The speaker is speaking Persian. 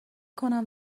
کنم